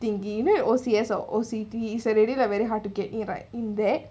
thingy don't know what O_C_S or O_C_T is already like very hard to get in right in there